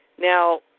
Now